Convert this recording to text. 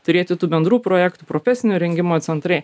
turėti tų bendrų projektų profesinio rengimo centrai